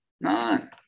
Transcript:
None